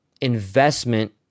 investment